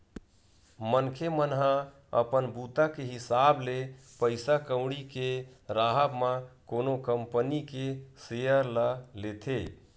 मनखे मन ह अपन बूता के हिसाब ले पइसा कउड़ी के राहब म कोनो कंपनी के सेयर ल लेथे